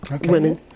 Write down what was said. women